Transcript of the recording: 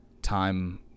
time